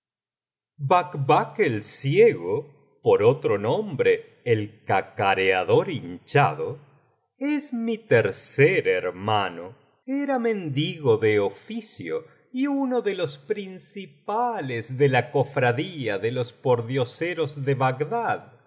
el ciego por otro nombre el cacareador hinchado es mi tercer hermano era mendigo de oficio y uno de los principales de la cofradía de los pordioseros de bagdad